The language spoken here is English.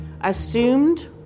assumed